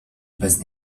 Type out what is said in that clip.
bez